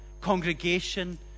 congregation